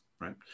right